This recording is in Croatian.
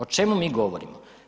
O čemu mi govorimo?